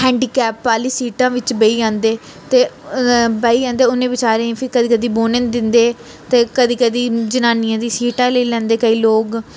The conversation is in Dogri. हैंडीकैप वाली सीटां बिच्च बेही जंदे ते बेही जंदे उ'नें बेचारें गी फिर कदें कदें बौह्ने नी दिंदे ते कदें कदें जनानियें दी सीटां लेई लैंदे केईं लोग